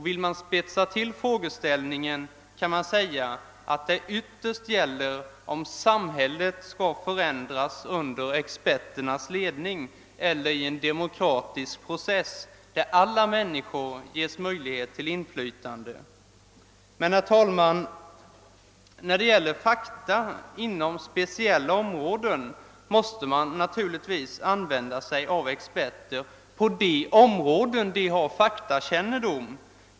Vill man spetsa till frågeställningen kan man säga att det ytterst gäller om samhället skall förändras under experternas ledning eller i en demokratisk process, där alla människor ges möjlighet till inflytande. Men, herr talman, när det gäller fakta inom speciella områden måste man naturligtvis använda experter på de områden där dessa har faktakännedom.